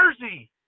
jersey